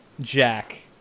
Jack